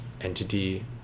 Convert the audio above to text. entity